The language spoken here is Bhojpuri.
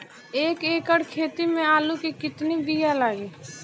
एक एकड़ खेती में आलू के कितनी विया लागी?